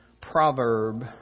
proverb